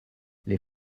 les